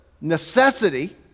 necessity